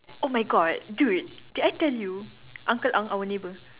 oh my god dude did I tell you uncle Ang our neighbour